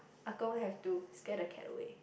ah gong have to scare the cat away